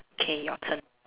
okay your turn